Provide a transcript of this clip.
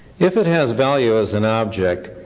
if it has value as an object,